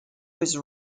was